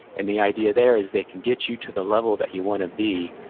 and the idea there is they can get you to the level that you want to be,